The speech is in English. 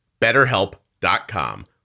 BetterHelp.com